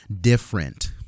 different